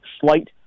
Slight